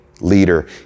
leader